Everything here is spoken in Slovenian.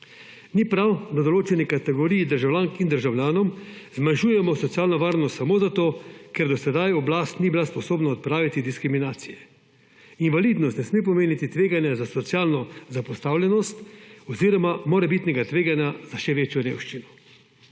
Ni prav, da določeni kategoriji državljank in državljanov zmanjšujemo socialno varnost samo zato, ker do sedaj oblast ni bila sposobna odpraviti diskriminacije. Invalidnost ne sme pomeniti tveganja za socialno zapostavljenost oziroma morebitnega tveganja za še večjo revščino.